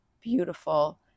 beautiful